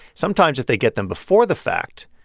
sometimes, if they get them before the fact,